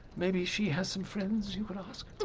maybe she has some friends you could ask?